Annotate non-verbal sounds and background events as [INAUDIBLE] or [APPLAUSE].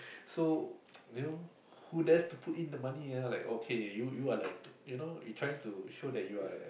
so [NOISE] you know who dares to put in the money ah like okay you you are like [NOISE] you know you trying to show that you are